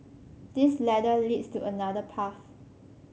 this ladder leads to another path